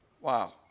Wow